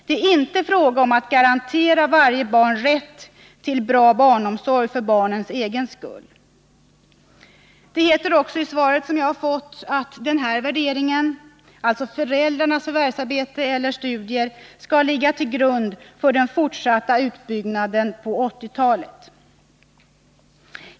Det är inte en fråga om att garantera varje barn rätt till bra barnomsorg för barnets egen skull. Det heter också i svaret som jag fått att den här värderingen — alltså föräldrarnas förvärvsarbete eller studier — skall ligga till grund för den fortsatta utbyggnaden på 1980-talet.